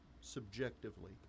subjectively